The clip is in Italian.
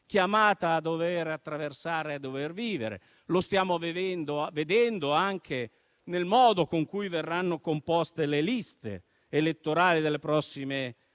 chiamata ad attraversare e vivere. Lo stiamo vedendo anche nel modo in cui verranno composte le liste elettorali delle prossime